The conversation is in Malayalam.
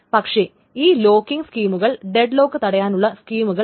പക്ഷേ ഈ ലോക്കിങ് സ്കീമുകൾ ഡെഡ് ലോക്ക് തടയാനുള്ള സ്കീമുകൾ അല്ല